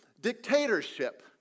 Dictatorship